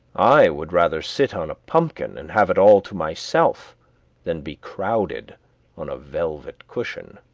i would rather sit on a pumpkin and have it all to myself than be crowded on a velvet cushion.